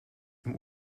zum